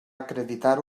acreditar